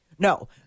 No